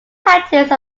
practice